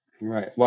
Right